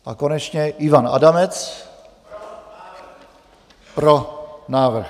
A konečně Ivan Adamec: Pro návrh.